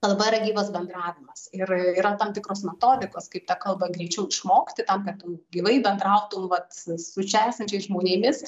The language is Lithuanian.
kalba yra gyvas bendravimas ir yra tam tikros metodikos kaip tą kalbą greičiau išmokti tam kad tu gyvai bendrautum vat su čia esanciais žmonėmis